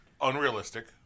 unrealistic